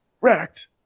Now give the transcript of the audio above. wrecked